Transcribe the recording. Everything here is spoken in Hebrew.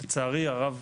לצערי הרב